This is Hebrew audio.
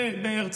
במרץ,